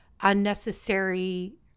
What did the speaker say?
unnecessary